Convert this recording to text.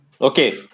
Okay